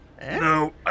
No